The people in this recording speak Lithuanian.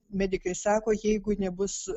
medikai sako jeigu nebus